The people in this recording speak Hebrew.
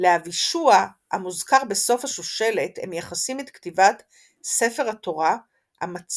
לאבישוע המוזכר בסוף השושלת הם מייחסים את כתיבת ספר התורה המצוי